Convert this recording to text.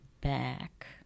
back